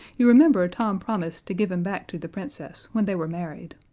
you remember tom promised to give him back to the princess when they were married.